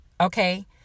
okay